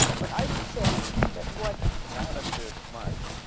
but i would say that what not if they're smart.